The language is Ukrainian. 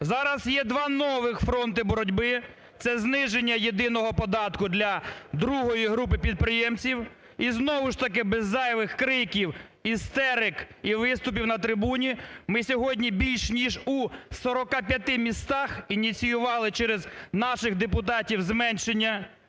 Зараз є два нових фронти боротьби – це зниження єдиного податку для другої групи підприємців. І знову ж таки без зайвих криків, істерик і виступів на трибуні ми сьогодні більш ніж у 45 містах ініціювали через наших депутатів зменшення